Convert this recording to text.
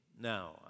Now